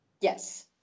Yes